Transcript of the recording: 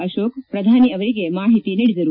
ಅಶೋಕ ಪ್ರಧಾನಿ ಅವರಿಗೆ ಮಾಹಿತಿ ನೀಡಿದರು